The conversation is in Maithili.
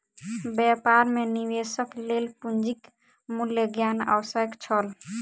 व्यापार मे निवेशक लेल पूंजीक मूल्य ज्ञान आवश्यक छल